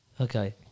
Okay